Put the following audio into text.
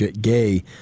Gay